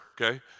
okay